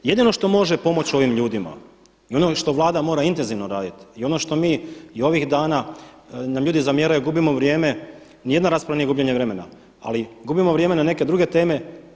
Jedino što može pomoći ovim ljudima i ono što vlada mora intenzivno raditi i ono što mi ovih dana nam ljudi zamjeraju, gubimo vrijeme, nijedna rasprava nije gubljenje vremena, ali gubimo vrijeme na neke druge teme.